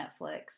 Netflix